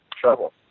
trouble